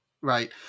right